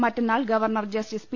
മറ്റന്നാൾ governor justice P